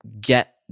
get